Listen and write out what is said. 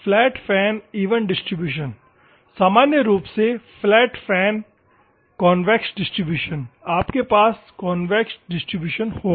flat fan even distribution सामान्य रूप से फ्लैट फैन कॉन्वेक्स डिस्ट्रीब्यूशन आपके पास कॉन्वेक्स डिस्ट्रीब्यूशन होगा